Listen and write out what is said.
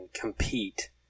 compete